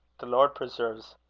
the lord preserve's!